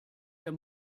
der